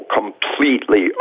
completely